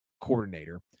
coordinator